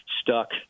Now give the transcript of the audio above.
stuck